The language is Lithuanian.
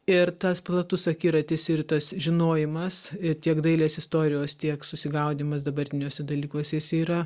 ir tas platus akiratis ir tas žinojimas ir tiek dailės istorijos tiek susigaudymas dabartiniuose dalykuose jisai yra